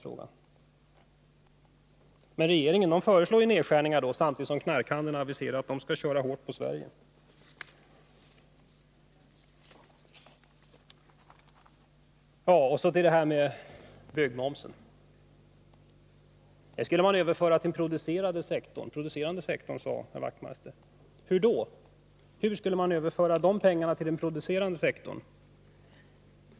Regeringen föreslår nedskärningar samtidigt som knarkhandlarna har aviserat att de skall köra hårt på Sverige. Så över till byggmomsen. Den skulle man överföra till den producerande sektorn, sade herr Wachtmeister. Hur då? Hur skulle man överföra de pengarna till den producerande sektorn?